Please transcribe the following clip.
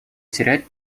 терять